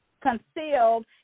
concealed